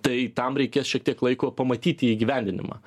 tai tam reikės šiek tiek laiko pamatyti įgyvendinimą